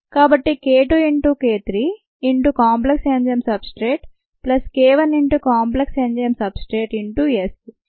కాబట్టి k 2 into k 3 into complex enzyme substrate plus k 1 into complex enzyme substrate into S